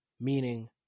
Meaning